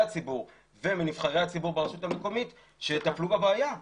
הציבור ומנבחרי הציבור ברשות המקומית שיטפלו בבעיה.